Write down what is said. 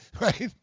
Right